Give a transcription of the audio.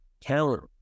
count